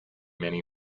many